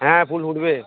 হ্যাঁ ফুল ফুটবে